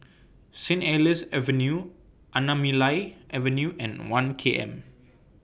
Saint Helier's Avenue Anamalai Avenue and one K M